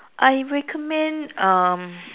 I recommend um